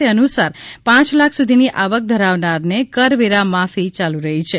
તે અનુસાર પાંચ લાખ સુધીની આવક ધરાવનારને કરવેરા માફી ચાલુ રહી છે